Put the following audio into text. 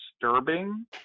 disturbing